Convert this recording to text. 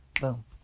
Boom